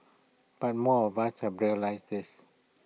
but more of us have to realise this